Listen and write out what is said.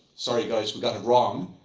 sorry, guys, we got it wrong,